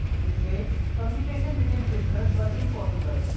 this way communication between prisoners was impossible.